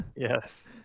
Yes